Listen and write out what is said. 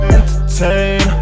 entertain